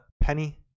penny